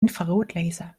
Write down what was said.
infrarotlaser